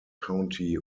county